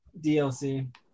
DLC